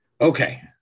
Okay